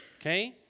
okay